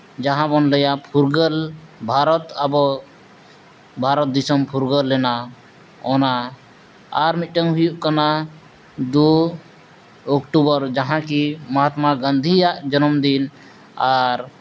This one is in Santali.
ᱡᱟᱦᱟᱸᱵᱚᱱ ᱞᱟᱹᱭᱟ ᱯᱷᱩᱨᱜᱟᱹᱞ ᱵᱷᱟᱨᱚᱛ ᱟᱵᱚ ᱵᱷᱟᱨᱚᱛ ᱫᱤᱥᱚᱢ ᱯᱷᱩᱨᱜᱟᱹᱞ ᱮᱱᱟ ᱚᱱᱟ ᱟᱨ ᱢᱤᱫᱴᱟᱱ ᱦᱩᱭᱩᱜ ᱠᱟᱱᱟ ᱫᱩ ᱚᱠᱴᱚᱵᱚᱨ ᱡᱟᱦᱟᱸ ᱠᱤ ᱢᱟᱦᱟᱛᱢᱟ ᱜᱟᱹᱱᱫᱷᱤᱭᱟᱜ ᱡᱚᱱᱚᱢ ᱫᱤᱱ ᱟᱨ